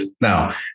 Now